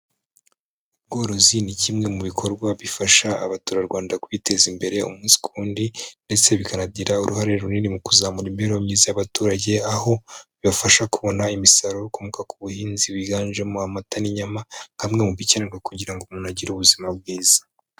Ubworozi ni kimwe mu bikorwa bifasha abaturarwanda kwiteza imbere umunsi ku wundi, ndetse bikanagira uruhare runini mu kuzamura imibereho myiza y'abaturage; aho bibafasha kubona umusaruro ukomoka ku buhinzi wiganjemo amata n'inyama, nka bimwe mu bikenerwa kugira ngo umuntu agire ubuzima bwiza.